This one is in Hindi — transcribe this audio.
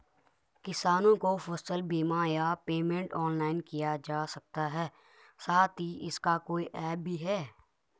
किसानों को फसल बीमा या पेमेंट ऑनलाइन किया जा सकता है साथ ही इसका कोई ऐप भी है?